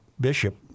bishop